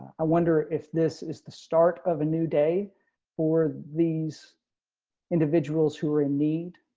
i wonder if this is the start of a new day for these individuals who are in need,